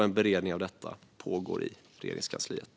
En beredning av detta pågår i Regeringskansliet.